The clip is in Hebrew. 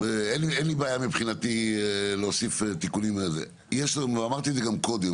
לי אין בעיה להוסיף תיקונים, אבל כמו שאמרתי קודם,